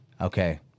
Okay